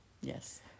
Yes